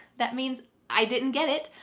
that means i didn't get it,